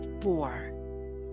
Four